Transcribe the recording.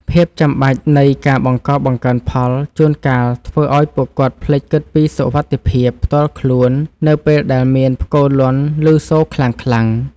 ភាពចាំបាច់នៃការបង្កបង្កើនផលជួនកាលធ្វើឱ្យពួកគាត់ភ្លេចគិតពីសុវត្ថិភាពផ្ទាល់ខ្លួននៅពេលដែលមានផ្គរលាន់ឮសូរខ្លាំងៗ។